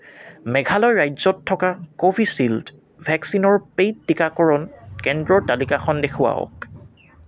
মেঘালয় ৰাজ্যত থকা কোভিচিল্ড ভেকচিনৰ পে'ইড টীকাকৰণ কেন্দ্ৰৰ তালিকাখন দেখুৱাওক